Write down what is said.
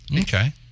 Okay